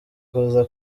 kuza